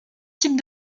types